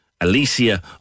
Alicia